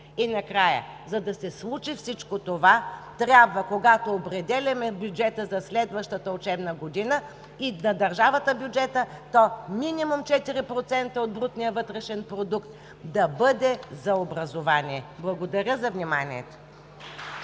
И накрая, за да се случи всичко това, трябва когато определяме бюджета за следваща учебна година и бюджета на държавата, то минимум 4% от брутния вътрешен продукт да бъде за образование. Благодаря за вниманието.